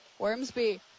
Wormsby